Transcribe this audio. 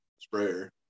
sprayer